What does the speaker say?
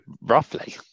Roughly